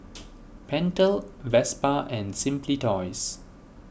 Pentel Vespa and Simply Toys